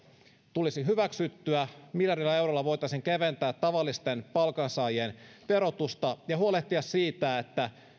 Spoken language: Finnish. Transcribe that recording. tulisi hyväksyttyä miljardilla eurolla voitaisiin keventää tavallisten palkansaajien verotusta ja huolehtia siitä että